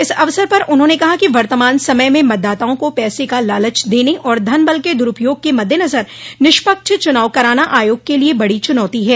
इस अवसर पर उन्होंने कहा कि वर्तमान समय में मतदाताओं को पैसों का लालच देने और धन बल के दुरूपयोग के मद्देनज़र निष्पक्ष चुनाव कराना आयोग के लिए बड़ी चुनौती है